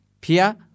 Pia